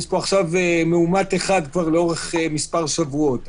יש פה מאומת אחד לאורך מספר שבועות.